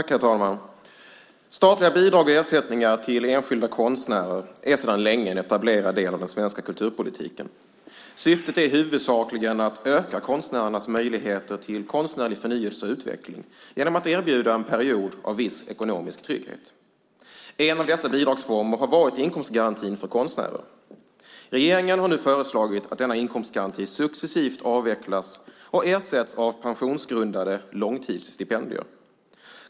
Herr talman! Statliga bidrag och ersättningar till enskilda konstnärer är sedan länge en etablerad del av den svenska kulturpolitiken. Syftet är huvudsakligen att öka konstnärernas möjligheter till konstnärlig förnyelse och utveckling genom att erbjuda en period av viss ekonomisk trygghet. En av dessa bidragsformer har varit inkomstgarantin för konstnärer. Regeringen har nu föreslagit att denna inkomstgaranti successivt ska avvecklas och ersättas av pensionsgrundande långtidsstipendier.